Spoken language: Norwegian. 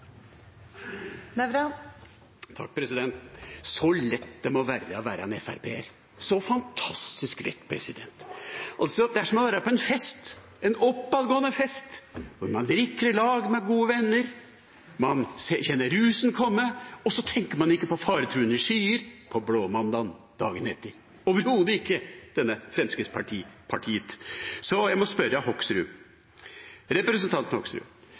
å være på en fest, en oppadgående fest, hvor man drikker i lag med gode venner, hvor man kjenner rusen komme, og så tenker man ikke på faretruende skyer, på blåmandagen dagen etter – overhodet ikke i dette Fremskrittspartiet! Jeg må spørre representanten Hoksrud